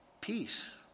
Peace